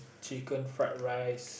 chicken fried rice